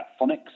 phonics